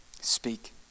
Speak